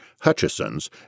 Hutcheson's